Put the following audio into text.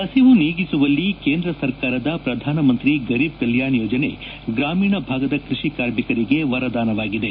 ಹಸಿವು ನೀಗಿಸುವಲ್ಲಿ ಕೇಂದ್ರ ಸರ್ಕಾರದ ಪ್ರಧಾನಮಂತ್ರಿ ಗರೀಬ್ ಕಲ್ಯಾಷ್ ಯೋಜನೆ ಗ್ರಾಮೀಣ ಭಾಗದ ಕೃಷಿ ಕಾರ್ಮಿಕರಿಗೆ ವರದಾನವಾಗಿದೆ